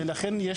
ולכן,